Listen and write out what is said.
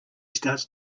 starts